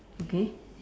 okay